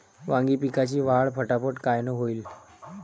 वांगी पिकाची वाढ फटाफट कायनं होईल?